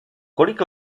kolik